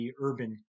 urban